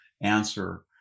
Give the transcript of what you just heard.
answer